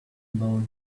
about